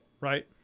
right